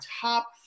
top